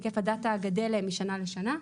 היקף הדאטה גדל משנה לשנה,